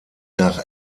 nach